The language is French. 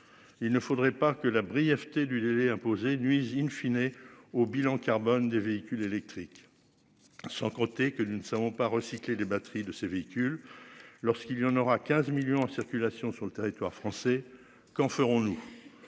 Il ne faudrait pas que la brièveté du délai imposé nuisent in fine et au bilan carbone des véhicules électriques. Sans compter que nous ne savons pas recycler les batteries de ces véhicules lorsqu'il y en aura 15 millions en circulation sur le territoire français quand ferons-nous.